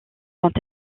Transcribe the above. quand